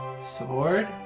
Sword